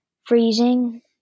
freezing